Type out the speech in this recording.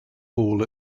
hall